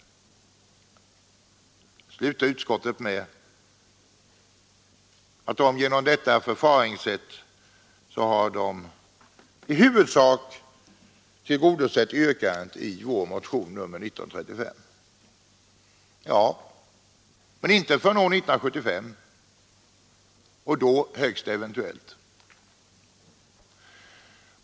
Utskottet slutar med att uttala att genom detta förfaringssätt skulle yrkandet i vår motion nr 1935 ”i huvudsak bli tillgodosett”. Ja, men inte förrän 1975, och då högst eventuellt.